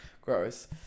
gross